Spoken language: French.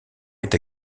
est